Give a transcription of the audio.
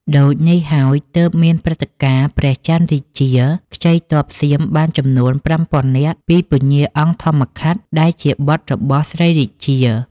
ដូចនេះហើយ ទើបមានព្រឹត្តិការណ៍ ព្រះចន្ទរាជា ខ្ចីទ័ពសៀមបានចំនួន ៥០០០នាក់ ពីពញ្ញាអង្គធម្មខាត់ ដែលជាបុត្ររបស់ ស្រីរាជា។